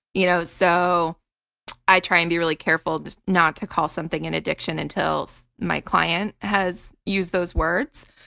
you know so i try and be really careful not to call something an addiction until so my client has used those words.